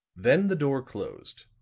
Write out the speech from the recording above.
then the door closed,